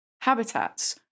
habitats